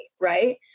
right